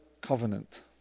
covenant